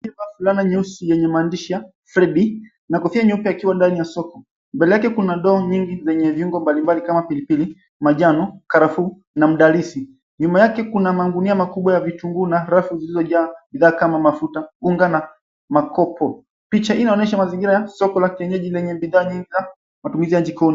Mtu aliyevaa fulana nyeusi yenye maandishi, Freddy na kofia nyeupe akiwa ndani ya soko mbele yake, kuna ndoo nyingi venye viungo mbalimbali kama pilipili, majano, karafu na mdalasi nyuma yake, kuna magunia makubwa ya vitungu na rafu zilizojaa bidhaa kama mafuta, unga na makopo. Picha hii inaonyesha mazingira ya soko la kienyeji yenye bidha ya matumizi ya jikoni.